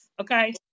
okay